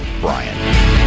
Brian